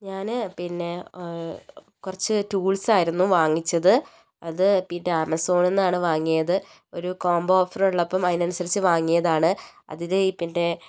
ഞാൻ പിന്നെ കുറച്ച് ടൂൾസ് ആയിരുന്നു വാങ്ങിച്ചത് അത് പിന്നെ ആമസോണിൽ നിന്ന് ആണ് വാങ്ങിയത് ഒരു കോംബോ ഓഫർ ഉള്ളപ്പോൾ അതിനനുസരിച്ച് വാങ്ങിയതാണ് അതിൽ പിന്നെ